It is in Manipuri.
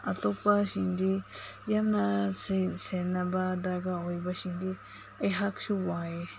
ꯑꯇꯣꯞꯄꯁꯤꯡꯗꯤ ꯌꯥꯝꯅ ꯁꯤ ꯁꯦꯟꯅꯕ ꯗꯔꯀꯥꯔ ꯑꯣꯏꯕꯁꯤꯡꯗꯤ ꯑꯩꯍꯥꯛꯁꯨ ꯋꯥꯏꯌꯦ